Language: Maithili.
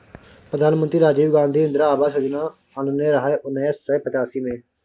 प्रधानमंत्री राजीव गांधी इंदिरा आबास योजना आनने रहय उन्नैस सय पचासी मे